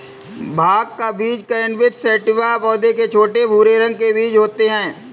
भाँग का बीज कैनबिस सैटिवा पौधे के छोटे, भूरे रंग के बीज होते है